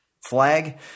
flag